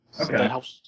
Okay